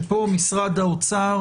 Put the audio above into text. יש לנו מספיק זמן לדיון רציני,